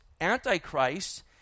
antichrist